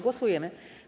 Głosujemy.